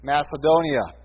Macedonia